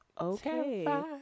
okay